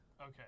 okay